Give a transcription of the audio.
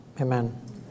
amen